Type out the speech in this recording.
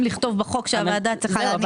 לכתוב בחוק שהוועדה צריכה להיות במליאה.